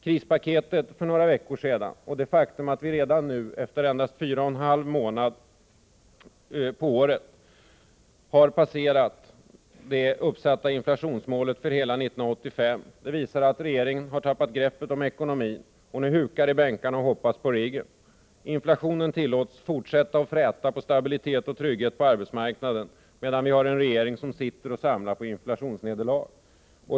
Krispaketet för några veckor sedan och det faktum att vi redan nu, efter endast fyra och en halv månad av året, har passerat det uppsatta inflationsmålet för hela 1985, visar att regeringen har tappat greppet om ekonomin och nu hukar i bänkarna och hoppas på Reagan. Inflationen tillåts fortsätta och fräta på stabilitet och trygghet på arbetsmarknaden, medan vi har en regering som sitter och samlar på inflationsnederlag.